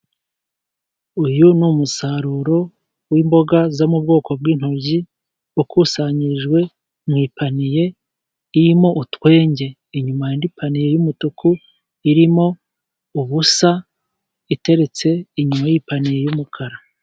Uyu ni umusaruro w'imboga zo mu bwoko bw'intoryi, wakusanyirijwe mu ipaniye irimo utwenge, inyuma hai ind paniye y'umutuku irimo ubusa, iteretse inyuma y'ipaniye yumukara.